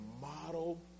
model